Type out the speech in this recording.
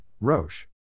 Roche